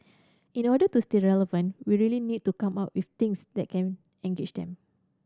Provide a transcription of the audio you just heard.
in order to stay relevant we really need to come up with things that can engage them